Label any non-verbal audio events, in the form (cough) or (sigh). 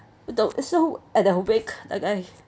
that was so (breath) like I